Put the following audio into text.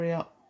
up